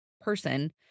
person